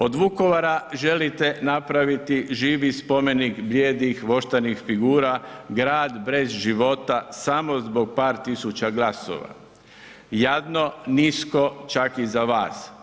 Od Vukovara želite napraviti živi spomenik blijedih voštanih figura, grad brez života, samo zbog par tisuća glasova, jadno, nisko, čak i za vas.